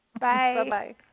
Bye-bye